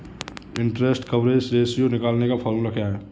Interest coverage ratio निकालने का formula क्या है?